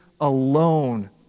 alone